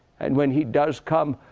and when he does come,